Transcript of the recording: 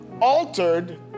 altered